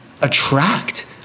attract